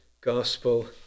Gospel